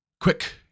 Quick